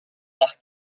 par